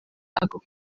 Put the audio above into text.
ako